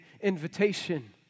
invitation